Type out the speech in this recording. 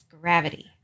gravity